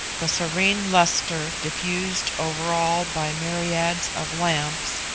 the serene lustre diffused over all by myriads of lamps,